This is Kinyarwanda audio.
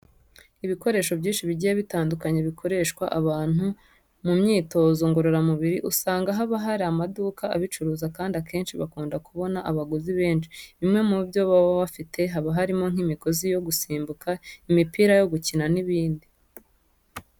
Ibikoresho byinshi bigiye bitandukanye bikoreshwa abantu bari mu myitozo ngororamubiri usanga haba hari amaduka abicuruza kandi akenshi bakunda kubona abaguzi benshi. Bimwe mu byo baba bafite haba harimo nk'imigozi yo gusimbuka, imipira yo gukina n'ibindi.